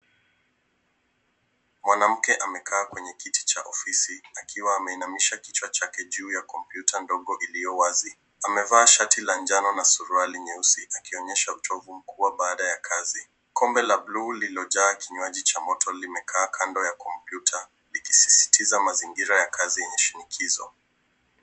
Mwanamke amekaa kwenye kiti cha ofisi akiwa ameinamisha kichwa chake juu ya kompyuta ndogo iliyo wazi. Amevaa shati la njano na suruali nyeusi akionyesha uchovu mkubwa baada ya kazi. Kombe la bluu lililojaa kinywaji cha moto limekaa kando ya kompyuta likisisitiza mazingira ya kazi yenye shinikizo.